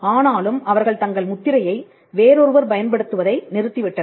ஆனாலும் அவர்கள் தங்கள் முத்திரையை வேறொருவர் பயன்படுத்துவதை நிறுத்தி விட்டனர்